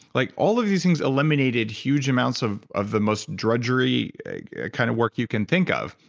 like all of these things eliminated huge amounts of of the most drudgery kind of work you can think of.